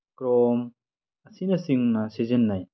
Chrome ꯑꯁꯤꯅꯆꯤꯡꯅ ꯁꯤꯖꯤꯟꯅꯩ